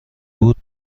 بود